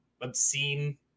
obscene